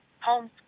Home